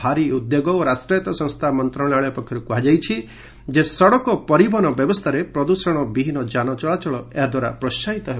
ଭାରି ଉଦ୍ୟୋଗ ଓ ରାଷ୍ଟ୍ରାୟତ୍ତ ସଂସ୍ଥା ମନ୍ତ୍ରଣାଳୟ ପକ୍ଷରୁ କୁହାଯାଇଛି ସଡ଼କ ପରିବହନ ବ୍ୟବସ୍ଥାରେ ପ୍ରଦ୍ଷଣବିହୀନ ଯାନ ଚଳାଚଳ ଏହାଦ୍ୱାରା ପ୍ରୋସାହିତ ହେବ